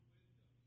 Wisdom